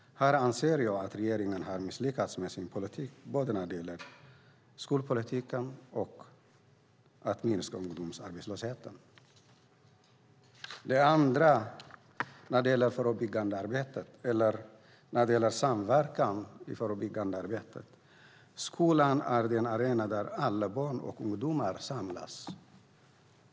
Jag anser att regeringen har misslyckats med sin politik både när det gäller skolpolitiken och när det gäller att minska ungdomsarbetslösheten. Det andra området är skolan som är den arena där alla barn och ungdomar samlas.